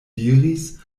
diris